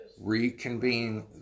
reconvene